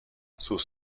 sus